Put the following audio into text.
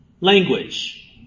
language